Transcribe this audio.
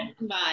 Bye